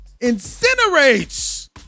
incinerates